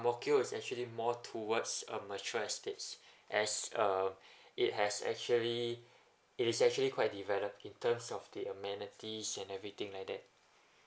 ang mo kio is actually more towards um mature estates as um it has actually it is actually quite developed in terms of the amenities and everything like that